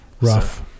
Rough